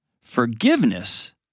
Forgiveness